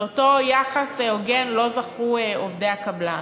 לאותו יחס הוגן לא זכו עובדי הקבלן.